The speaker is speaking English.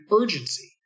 urgency